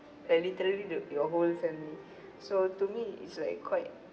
like literally the your whole family so to me it's like quite